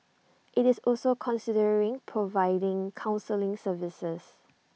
IT is also considering providing counselling services